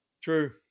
True